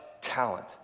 talent